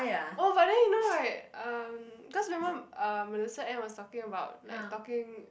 oh but then you know right um cause you know how uh Melissa and was talking about like talking